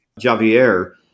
Javier